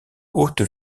haute